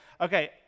okay